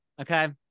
okay